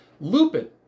Lupin